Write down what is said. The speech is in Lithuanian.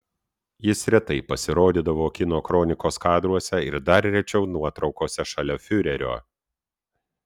jis retai pasirodydavo kino kronikos kadruose ir dar rečiau nuotraukose šalia fiurerio